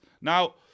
Now